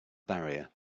barrier